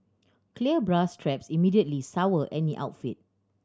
clear bra straps immediately sour any outfit